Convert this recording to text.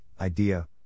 idea